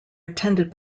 attended